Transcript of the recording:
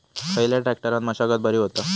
खयल्या ट्रॅक्टरान मशागत बरी होता?